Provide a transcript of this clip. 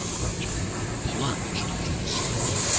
mercury plunged into the stream,